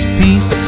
peace